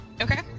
okay